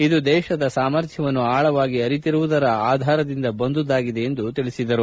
ಇದು ದೇತದ ಸಾಮರ್ಥ್ಲವನ್ನು ಆಳವಾಗಿ ಅರಿತಿರುವುದರ ಆಧಾರದಿಂದ ಬಂದುದಾಗಿದೆ ಎಂದು ಹೇಳಿದರು